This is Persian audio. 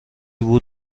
بود